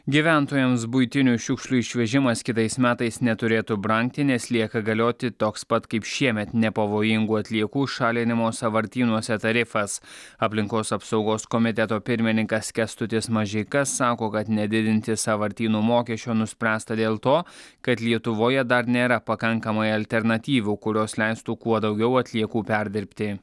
gyventojams buitinių šiukšlių išvežimas kitais metais neturėtų brangti nes lieka galioti toks pat kaip šiemet nepavojingų atliekų šalinimo sąvartynuose tarifas aplinkos apsaugos komiteto pirmininkas kęstutis mažeika sako kad nedidinti sąvartyno mokesčio nuspręsta dėl to kad lietuvoje dar nėra pakankamai alternatyvų kurios leistų kuo daugiau atliekų perdirbti